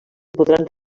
podran